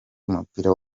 y’umupira